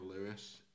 Lewis